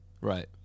Right